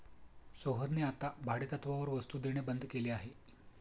सोहनने आता भाडेतत्त्वावर वस्तु देणे बंद केले आहे